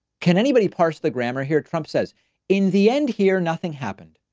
can anybody parse the grammar here? trump says in the end here, nothing happened.